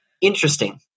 interesting